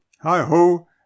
Hi-ho